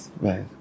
Right